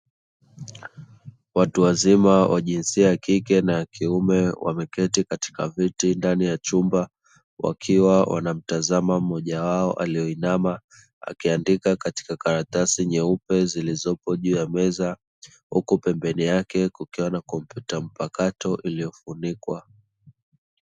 Watu wazima wa jinsi ya kike na ya kiume wameketi katika viti ndani ya chumba wakiwa wanamtazama mmoja wao aliyoinama akiandika katika karatasi nyeupe zilizopo juu ya meza, huku pembeni yake kukiwa na kompyuta mpakato iliyofunikwa.